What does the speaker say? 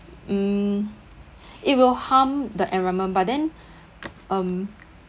mm it will harm the environment but then um